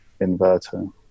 inverter